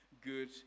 good